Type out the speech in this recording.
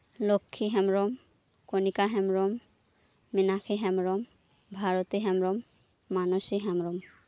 Lakshmi Hembrom Konika Hembrom Minaki Hembrom Bharati Hembrom Manasi Hembrom